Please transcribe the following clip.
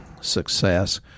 success